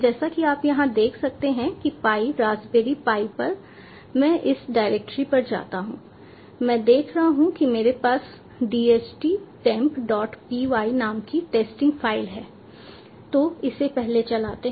जैसा कि आप यहां देख सकते हैं कि पाई रास्पबेरी पाई पर मैं इस डायरेक्टरी पर जाता हूं मैं देख रहा हूं कि मेरे पास DHTTEMPpy नाम की टेस्टिंग फ़ाइल है तो इसे पहले चलाते हैं